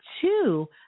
two